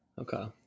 Okay